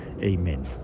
Amen